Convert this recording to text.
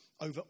over